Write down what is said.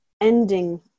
ending